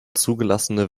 zugelassene